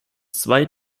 zwei